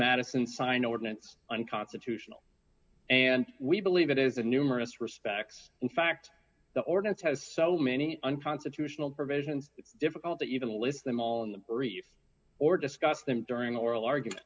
madison sign ordinance unconstitutional and we believe it is a numerous respects in fact the ordinance has so many unconstitutional provisions difficult even to list them all in the brief or discuss them during oral argument